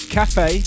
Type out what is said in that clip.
cafe